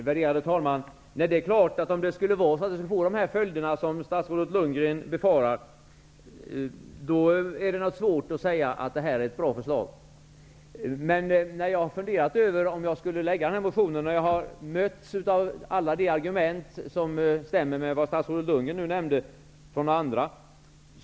Värderade talman! Nej, om följden blir vad statsrådet Lundgren här befarar, är det naturligtvis svårt att säga att förslaget är bra. Jag har faktiskt funderat över om jag skulle lägga fram min motion. Jag möttes då av alla de argument som stämmer med de argument från andra som statsrådet här nämnde.